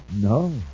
No